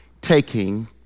taking